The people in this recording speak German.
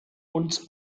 uns